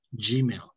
gmail